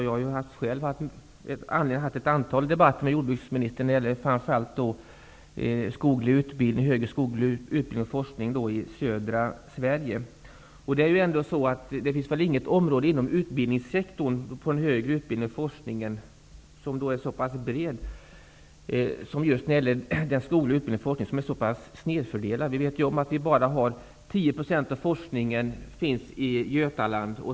Jag har själv haft ett antal debatter med jordbruksministern om den högre skogliga utbildningen och forskningen i södra Det finns väl inget område inom utbildningssektorn där resurserna är så snedfördelade som när det gäller ett så pass brett område som den högre utbildningen och forskningen på det skogliga området. Endast 10 % av den forskningen satsas i Götaland.